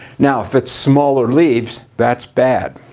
now if it's smaller leaves, that's bad.